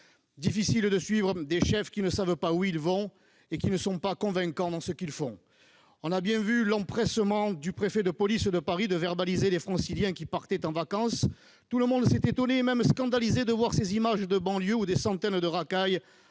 Difficile de suivre des chefs qui ne savent pas où ils vont et qui ne sont pas convaincants dans ce qu'ils font ! On a bien vu l'empressement du préfet de police de Paris de verbaliser les Franciliens qui partaient en vacances. Tout le monde s'est étonné, et même scandalisé, de ces images de banlieue sur lesquelles on voit des